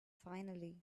finally